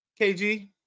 KG